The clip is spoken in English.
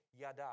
yada